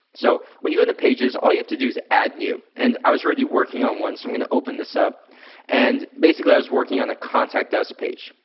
so, when you go into pages, all you have to do is add new, and i was already working on one so i'm gonna open this up and basically i was working on a contact us page,